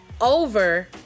Over